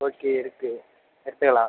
okay இருக்குது எடுத்துக்கலாம்